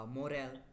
morale